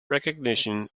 recognition